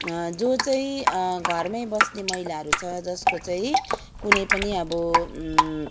जो चाहिँ घरमै बस्ने महिलाहरू छ जसको चाहिँ कुनै पनि अब